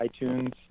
iTunes